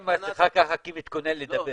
עם המסכה ככה כי אני מתכונן לדבר.